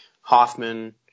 Hoffman